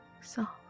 soft